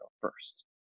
first